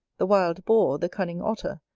the wild boar, the cunning otter,